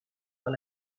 dans